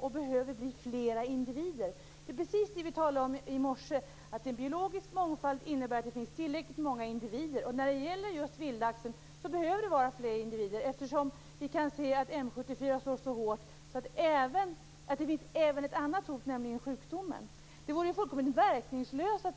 De behöver bestå av flera individer. Det är precis det vi talade om i morse: En biologisk mångfald innebär att det finns tillräckligt många individer. När det gäller just vildlaxen behövs fler individer. M 74 slår hårt. Det finns alltså ännu ett hot, nämligen sjukdomen Det vore fullkomligt verkningslöst att